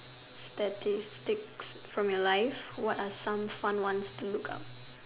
the statistics from your life what are some fun ones to look up